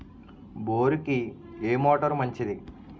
బోరుకి ఏ మోటారు మంచిది?